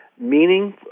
meaning